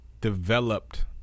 developed